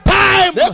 time